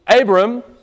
Abram